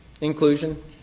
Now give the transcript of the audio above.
inclusion